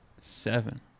Seven